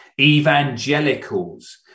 Evangelicals